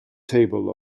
table